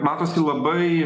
matosi labai